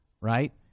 Right